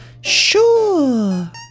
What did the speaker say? Sure